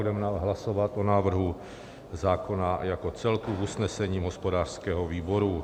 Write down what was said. Budeme hlasovat o návrhu zákona jako celku, usnesení hospodářského výboru.